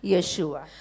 Yeshua